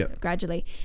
gradually